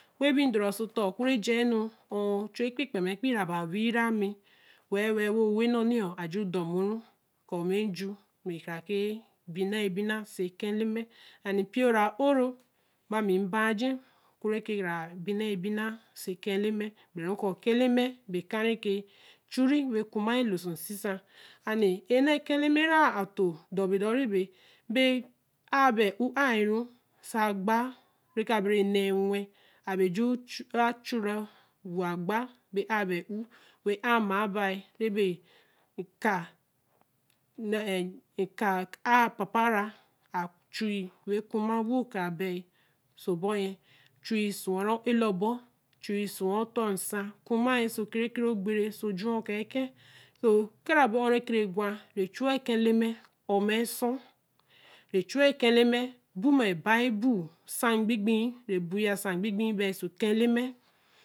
weii bi tor ta sō tor Ōkire jāa nu ōōō cluu epeii kpa mana kpeii bāa weii re mii we-weli wen weii-nu aju dor mōoru kur mii ju mma ka ke yi ēbiennayi ebiénna ōso eken eleme and npoo āōru bāa mii ebaa-aye ōkurēe ka binnaā binna oso eken eleme-bēa eken-re chure wen kumāa lōosōosie Saa and ii enne ken eleme ra āto dor gab re kabere nne nwen abēereju āchure wōo gba bāa āa bāa ōou wen āa-mana bāa re bēe kāa aā papa-re āchuyi wen kumāa ewōo ka bayi sōo obor yēeh chuyi suwara eláa obor chuyi suwara O⁰ tor nsan kuma sōo kere kere ogbere ōso ojuwaā ken, kāra bor ōrn re ke re gwāre chuwāa ken eleme O⁰ mmēe Osuo re-chu ken eleme bōl mma e-bible. nsan gbin-gbin re buyiya nsan gbun-gbin bāa oso ken eleme.